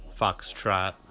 foxtrot